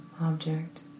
object